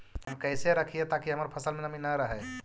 हम कैसे रखिये ताकी हमर फ़सल में नमी न रहै?